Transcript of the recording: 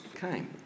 came